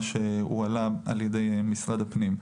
מה שהועלה על ידי משרד הפנים,